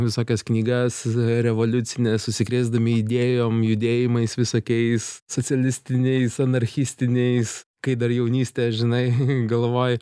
visokias knygas revoliucines užsikrėsdami idėjom judėjimais visokiais socialistiniais anarchistiniais kai dar jaunystė žinai galvoj